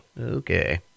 Okay